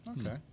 Okay